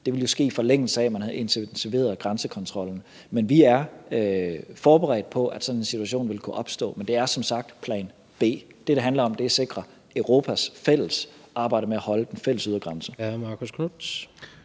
Det ville ske, i forlængelse af at man havde intensiveret grænsekontrollen. Men vi er forberedte på, at sådan en situation ville kunne opstå. Men det er som sagt plan B. Det, det handler om, er at sikre Europas fælles arbejde med at holde den fælles ydre grænse.